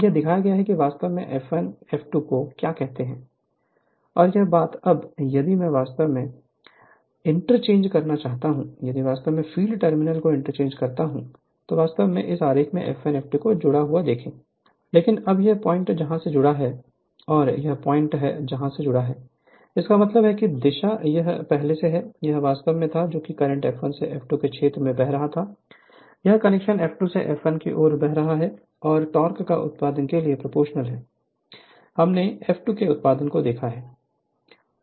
यह दिखाया गया है कि वास्तव में F1 F1 F2 को क्या कहते हैं और यह बात अब यदि मैं वास्तव में आई मीन इंटरचेंज करना चाहता हूं यदि वास्तव में फील्ड टर्मिनल को इंटरचेंज करता है तो वास्तव में इस आरेख F1 F2 को जुड़ा हुआ देखें लेकिन अब यह पॉइंट यहां से जुड़ा है और यह पॉइंट है यहाँ से जुड़ा है इसका मतलब है कि दिशा या यह पहले है यह वास्तव में था जो करंट F1 से F2 से क्षेत्र में बह रहा थायह कनेक्शन F2 से F1 की ओर बह रहा है और टॉर्क के उत्पाद के लिए प्रोपोर्शनल है हमने of F2 के उत्पाद को देखा है